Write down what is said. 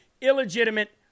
illegitimate